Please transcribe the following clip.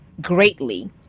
greatly